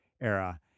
era